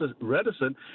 reticent